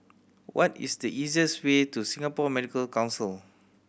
what is the easiest way to Singapore Medical Council